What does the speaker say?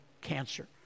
cancer